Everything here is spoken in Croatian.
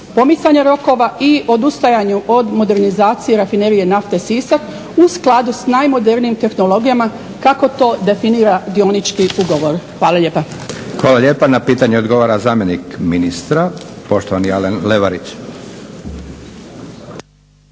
pomicanja rokova i odustajanju od modernizacije rafinerije nafte Sisak u skladu sa najmodernijim tehnologijama, kako to definira dionički ugovor? Hvala lijepa. **Leko, Josip (SDP)** Hvala lijepa. Na pitanje odgovara zamjenik ministra, poštovani Alen Levarić.